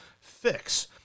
fix